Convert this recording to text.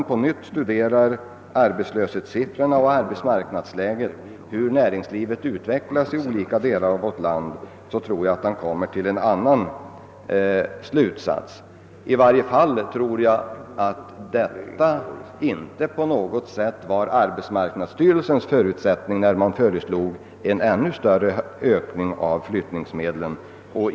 Om herr Fagerlund studerar arbetslöshetssiffrorna och arbetsmarknadsläget och undersöker hur näringslivet utvecklas i olika delar av vårt land tror jag att han kommer till en annan slutsats. I varje fall tror jag inte att arbetsmarknadsstyrelsen förutsatte en sådan utveckling när den föreslog ökning av medlen till flyttningsbidrag.